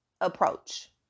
approach